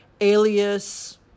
Alias